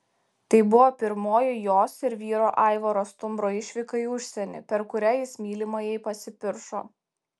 tai buvo pirmoji jos ir vyro aivaro stumbro išvyka į užsienį per kurią jis mylimajai pasipiršo